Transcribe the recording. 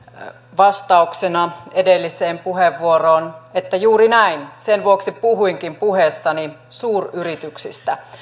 vastauksena edelliseen puheenvuoroon juuri näin sen vuoksi puhuinkin puheessani suuryrityksistä